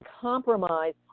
compromise